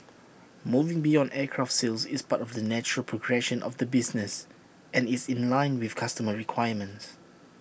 moving beyond aircraft sales is part of the natural progression of the business and is in line with customer requirements